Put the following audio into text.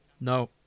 no